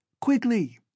Quickly